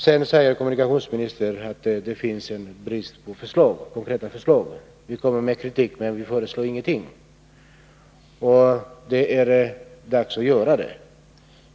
Sedan säger kommunikationsministern att det är brist på förslag — att vi kommer med kritik men att vi inte föreslår någonting. Det är dags att göra det.